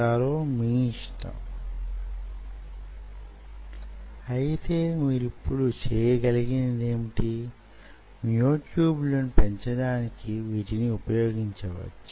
ఇది మీ బేస్ లైనా అయితే ఇది వూగిసలాడు తున్నప్పుడు తరువాతి దశ కొంచెం ఈ మాదిరిగా ఉండగలదు